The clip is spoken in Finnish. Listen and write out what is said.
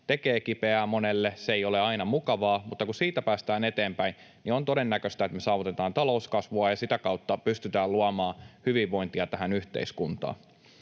tekee kipeää monelle. Se ei ole aina mukavaa, mutta kun siitä päästään eteenpäin, niin on todennäköistä, että me saavutetaan talouskasvua ja sitä kautta pystytään luomaan hyvinvointia tähän yhteiskuntaan.